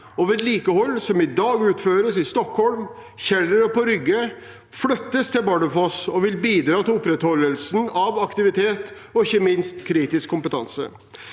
og vedlikehold som i dag utføres i Stockholm, på Kjeller og på Rygge, flyttes til Bardufoss og vil bidra til opprettholdelsen av aktivitet og ikke minst kritisk kompetanse.